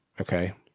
Okay